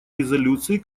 резолюции